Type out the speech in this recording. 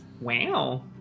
Wow